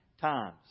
times